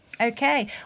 Okay